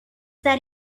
that